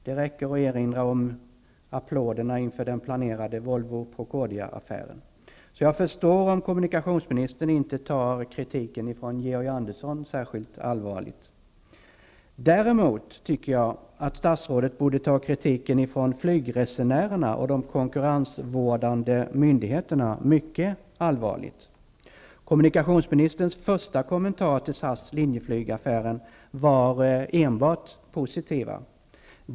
Det räcker att erinra om applåderna inför den planerade Volvo--Procordiaaffären. Så jag förstår om kommunikationsministern inte tar kritiken från Georg Andersson särskilt allvarligt. Däremot tycker jag att statsrådet borde ta kritiken från flygresenärerna och de konkurrensvårdande myndigheterna mycket allvarligt. Kommunikationsministerns första kommentarer till SAS/Linjeflygaffären var enbart positiva.